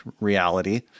reality